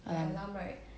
right